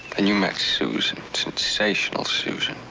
and you met susan, sensational susan.